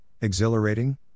exhilarating